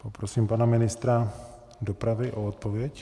Poprosím pana ministra dopravy o odpověď.